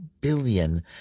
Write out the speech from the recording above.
billion